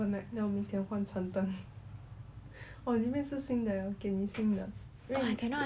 !wah! I cannot I have to wear jeans eh tomorrow